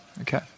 Okay